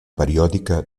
periòdica